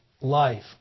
life